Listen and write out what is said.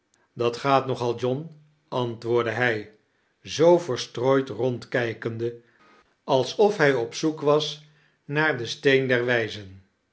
dat gaat nog al john antwoordde hij zoo verstrooid rondkijkende alsof hij zoekende was naar den steen der wijzen